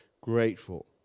grateful